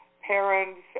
parents